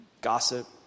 gossip